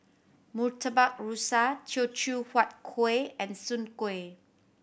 Murtabak Rusa Ceochew Huat Kuih and Soon Kuih